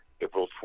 April